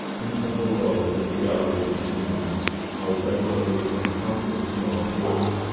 in a double row, with the gallery between how regularly i counted the small panes,